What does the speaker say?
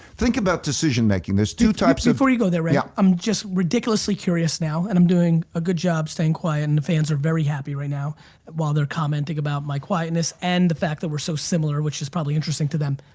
think about decision making, there's two types of before you go there ray, ah i'm just ridiculously curious now and i'm doing a good job staying quiet and the fans are very happy right now while they're commenting about my quietness and the fact that we're so similar which is probably interesting to them,